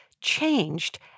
changed